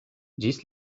ĝis